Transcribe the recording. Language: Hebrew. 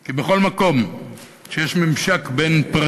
כי בכל מקום שיש ממשק בין פרטי לציבורי,